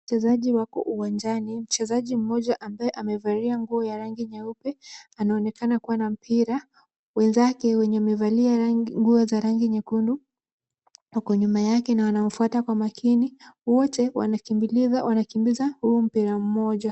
Wachezaji wako uwanjani. Mchezaji mmoja ambaye amevalia nguo ya rangi nyeupe anaonekana kuwa na mpira. Wenzake wenye wamevalia nguo za rangi nyekundu wako nyuma yake na wanamfuata kwa makini. Wote wanakimbiza huu mpira mmoja.